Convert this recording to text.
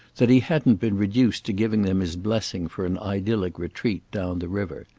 that he hadn't been reduced to giving them his blessing for an idyllic retreat down the river.